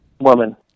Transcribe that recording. Woman